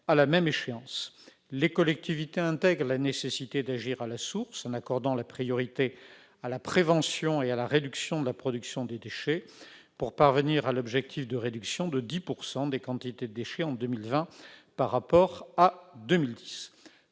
à la même échéance. Les collectivités intègrent la nécessité d'agir à la source en accordant la priorité à la prévention et à la réduction de la production de déchets pour parvenir à l'objectif de réduction de 10 % des quantités de déchets en 2020 par rapport à 2010.